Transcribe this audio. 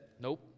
nope